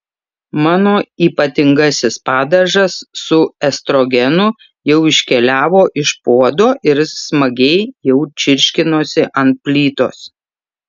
mano ypatingasis padažas su estrogenu jau iškeliavo iš puodo ir smagiai sau čirškinosi ant plytos